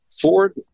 Ford